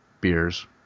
beers